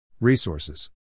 Resources